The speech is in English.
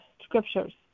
scriptures